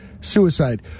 suicide